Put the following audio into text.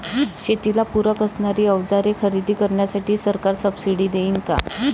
शेतीला पूरक असणारी अवजारे खरेदी करण्यासाठी सरकार सब्सिडी देईन का?